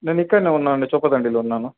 నేను ఇక్కడనే ఉన్నానండి చొప్పదండిలో ఉన్నాను